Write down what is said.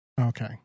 Okay